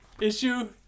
issue